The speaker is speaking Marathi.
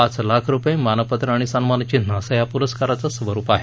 पाच लाख रुपये मानपत्र आणि सन्मानचिन्ह असं या पुरस्काराचं स्वरुप आहे